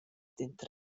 denter